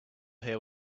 here